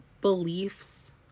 beliefs